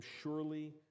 Surely